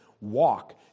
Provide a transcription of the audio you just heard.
Walk